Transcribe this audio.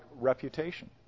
reputation